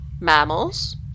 mammals